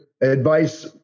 advice